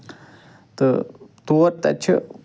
تہٕ تور تَتہِ چھُ